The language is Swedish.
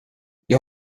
jag